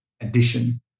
addition